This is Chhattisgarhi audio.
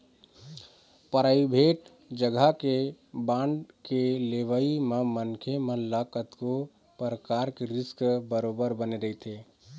पराइबेट जघा के बांड के लेवई म मनखे मन ल कतको परकार के रिस्क बरोबर बने रहिथे